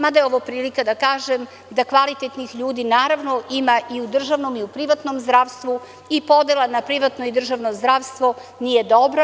Mada, ovo je i prilika da kažem da kvalitetnih ljudi naravno ima i u državnom i u privatnom zdravstvu i podela na privatno i državno zdravstvo nije dobra.